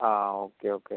ആ okay okay